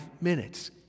minutes